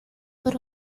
por